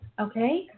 Okay